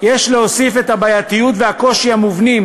יש להוסיף את הבעייתיות והקושי המובנים